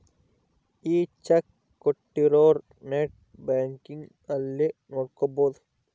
ಈ ಚೆಕ್ ಕೋಟ್ಟಿರೊರು net banking ಅಲ್ಲಿ ನೋಡ್ಕೊಬೊದು